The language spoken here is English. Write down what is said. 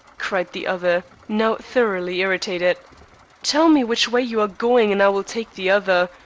cried the other, now thoroughly irritated tell me which way you are going and i will take the other.